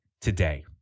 today